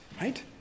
right